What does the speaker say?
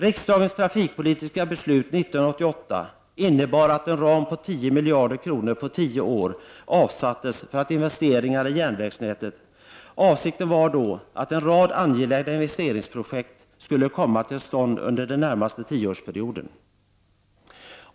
Riksdagens trafikpolitiska beslut år 1988 innebar att en ram på 10 miljarder kronor på tio år avsattes för investeringar i järnvägsnätet. Avsikten var då att en rad angelägna investeringsprojekt skulle komma till stånd under den närmaste tioårsperioden.